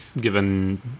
Given